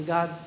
God